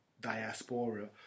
diaspora